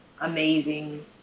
amazing